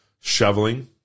shoveling